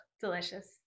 Delicious